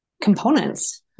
components